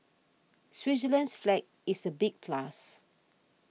Switzerland's flag is a big plus